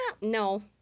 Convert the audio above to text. No